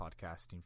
podcasting